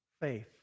faith